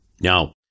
Now